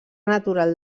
natural